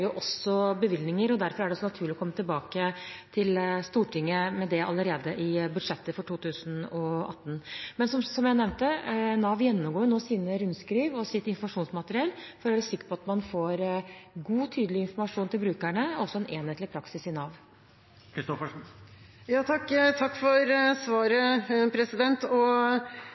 bevilgninger. Derfor er det så naturlig å komme tilbake til Stortinget med det allerede i budsjettet for 2018. Men som jeg nevnte, gjennomgår Nav nå sine rundskriv og sitt informasjonsmateriell for å være sikker på at man får god, tydelig informasjon til brukerne og en enhetlig praksis i Nav. Takk for svaret.